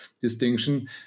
distinction